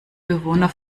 bewohner